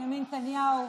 בנימין נתניהו,